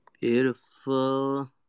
Beautiful